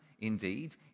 indeed